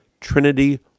Trinity